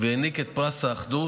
והעניק את פרס האחדות,